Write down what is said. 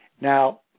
Now